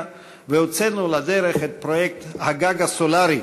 והוצאנו לדרך את פרויקט "הגג הסולרי",